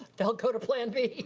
they'll go to plan b.